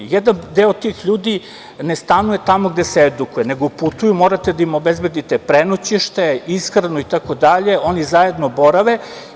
Jedan deo tih ljudi ne stanuje tamo gde se edukuje, nego putuju, morate da im obezbedite prenoćište, ishranu i tako dalje, oni zajedno borave.